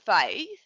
faith